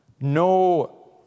no